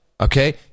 Okay